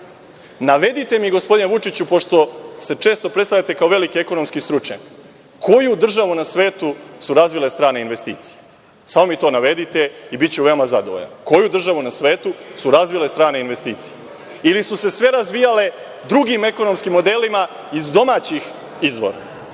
mi, gospodine Vučiću, pošto se često predstavljate kao veliki ekonomski stručnjak, koju državu na svetu su razvile strane investicije? Samo mi to navedite i biću veoma zadovoljan. Koju državu na svetu su razvile strane investicije? Ili su se sve razvijale drugim ekonomskim modelima iz domaćih izvora. Šta